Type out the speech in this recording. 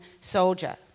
soldier